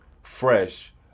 fresh